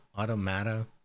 automata